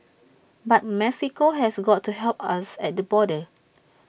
but Mexico has got to help us at the border